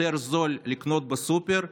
יותר זול לקנות בסופר,